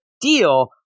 deal